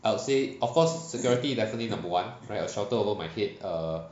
I would say of course security is definitely number one right a shelter over my head err